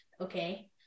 Okay